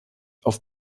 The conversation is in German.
auf